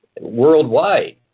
worldwide